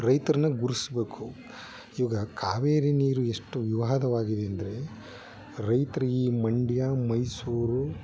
ರೈತರನ್ನು ಗುರ್ಸ್ಬೇಕು ಇವಾಗ ಕಾವೇರಿ ನೀರು ಎಷ್ಟು ವಿವಾದವಾಗಿದೆ ಅಂದರೆ ರೈತ್ರು ಈ ಮಂಡ್ಯ ಮೈಸೂರು